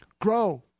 grow